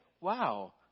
wow